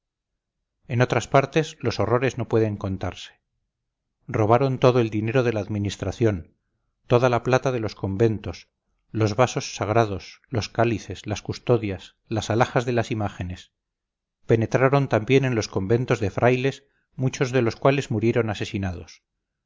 en otras partes los horrores no pueden contarse robaron todo el dinero de la administración todala plata de los conventos los vasos sagrados los cálices las custodias las alhajas de las imágenes penetraron también en los conventos de frailes muchos de los cuales murieron asesinados